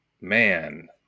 man